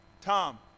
Tom